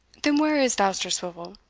then where is dousterswivel?